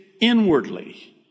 inwardly